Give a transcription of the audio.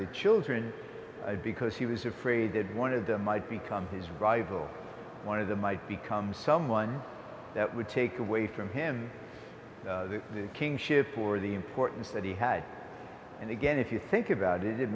the children because he was afraid that one of them might become his rival one of them might become someone that would take away from him the kingship for the importance that he had and again if you think about it it